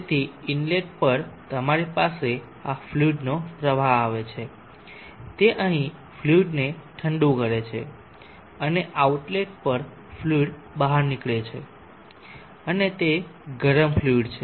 તેથી ઇનલેટ પર તમારી પાસે આ ફ્લુઇડનો પ્રવાહ આવે છે તે અહીં ફ્લુઇડ ને ઠંડુ કરે છે અને આઉટલેટ પર ફ્લુઇડ બહાર નીકળી છે અને તે ગરમ ફ્લુઇડ છે